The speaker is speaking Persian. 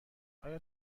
آیا